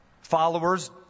followers